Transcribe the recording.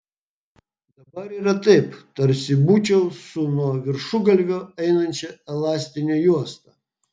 dabar yra taip tarsi būčiau su nuo viršugalvio einančia elastine juosta